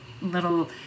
little